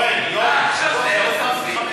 לדעתי, אתה לא נאמן.